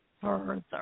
further